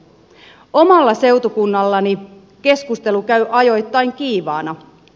omalla seutukunnallani keskustelu käy ajoittain kiivaana